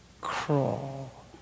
crawl